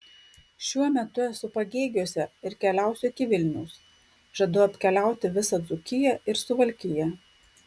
šiuo metu esu pagėgiuose ir keliausiu iki vilniaus žadu apkeliauti visą dzūkiją ir suvalkiją